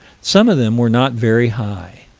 some of them were not very high.